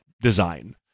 design